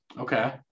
Okay